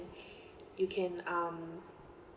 you can um